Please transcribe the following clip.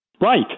Right